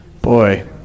boy